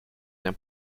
bien